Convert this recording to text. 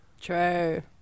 True